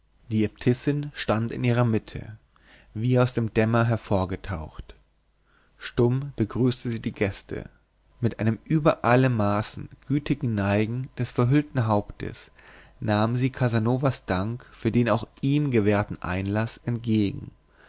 die äbtissin stand in ihrer mitte wie aus dem dämmer hervorgetaucht stumm begrüßte sie die gäste mit einem über alle maßen gütigen neigen des verhüllten hauptes nahm sie casanovas dank für den auch ihm gewährten einlaß entgegen